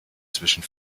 zwischen